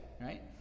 right